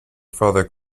father